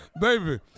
Baby